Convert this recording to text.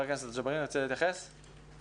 חבר הכנסת ג'בארין, אתה רוצה להתייחס בקצרה?